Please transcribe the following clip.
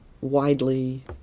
widely